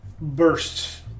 bursts